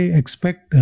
expect